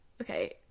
okay